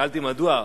כששאלתי מדוע,